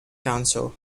council